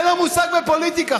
אין לו מושג בפוליטיקה,